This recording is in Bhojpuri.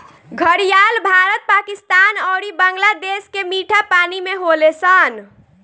घड़ियाल भारत, पाकिस्तान अउरी बांग्लादेश के मीठा पानी में होले सन